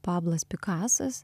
pablas pikasas